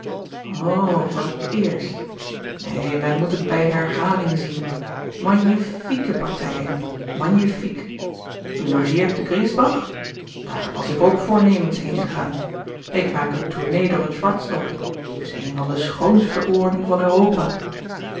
voor t eerst neen men moet het bij herhaling zien magnifieke partijen magnifiek u logeert te griesbach daar was ik ook voornemens heen te gaan ik maak een tournee door het schwarzwald t is een van de schoonste oorden van europa